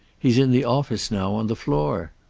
he's in the office now, on the floor.